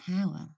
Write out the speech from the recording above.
power